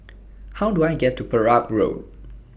How Do I get to Perak Road